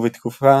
ובתגובה